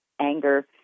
anger